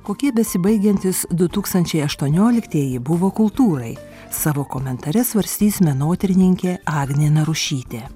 kokie besibaigiantys du tūkstančiai aštuonioliktieji buvo kultūrai savo komentare svarstys menotyrininkė agnė narušytė